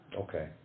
Okay